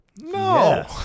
No